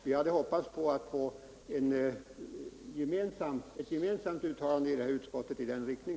Vi hade hoppats att efter detta klara medgivande få ett gemensamt uttalande i utskottet för en utredning.